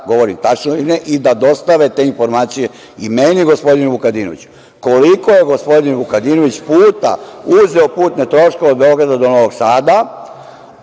govorim tačno ili ne i da dostave te informaciju i meni i gospodinu Vukadinoviću. Koliko je gospodin Vukadinović puta uzeo putne troškove od Beograda do Novog Sada,